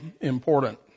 important